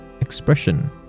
expression